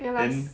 ya lah